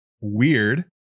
Weird